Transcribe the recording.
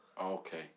okay